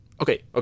Okay